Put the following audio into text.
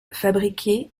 fabriquées